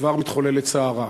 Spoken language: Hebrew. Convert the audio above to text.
וכבר מתחוללת סערה.